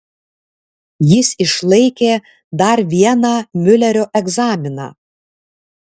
jis išlaikė dar vieną miulerio egzaminą